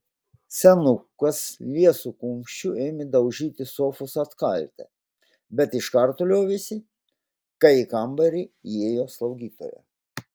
senukas liesu kumščiu ėmė daužyti sofos atkaltę bet iškart liovėsi kai į kambarį įėjo slaugytoja